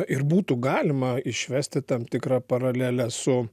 ir būtų galima išvesti tam tikrą paralelę su